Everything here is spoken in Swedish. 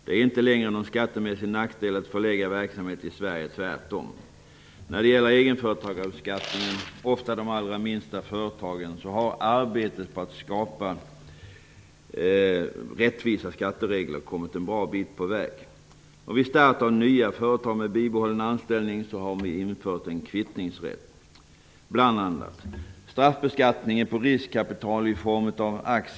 Det är inte längre någon skattemässig nackdel att förlägga verksamhet till Sverige -- tvärtom. När det gäller egenföretagarbeskattningen -- ofta de allra minsta företagen -- har arbetet på att skapa rättvisa skatteregler kommit en bra bit på väg. Vid start av nya företag med bibehållen anställning har vi infört en kvittningsrätt.